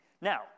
Now